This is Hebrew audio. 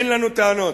אין לנו טענות,